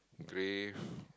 grave